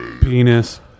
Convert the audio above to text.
penis